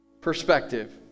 perspective